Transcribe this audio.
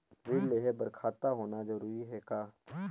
ऋण लेहे बर खाता होना जरूरी ह का?